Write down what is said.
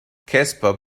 casper